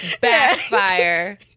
backfire